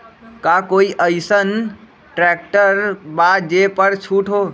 का कोइ अईसन ट्रैक्टर बा जे पर छूट हो?